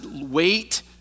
wait